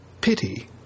pity